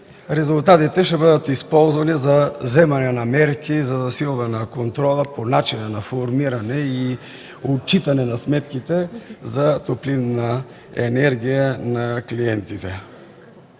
Резултатите ще бъдат използвани за вземане на мерки за засилване на контрола по начина на формиране и отчитане на сметките за топлинна енергия на клиентите.